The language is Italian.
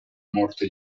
morte